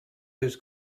his